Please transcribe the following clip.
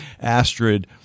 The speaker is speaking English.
Astrid